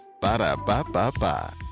Ba-da-ba-ba-ba